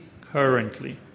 currently